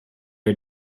are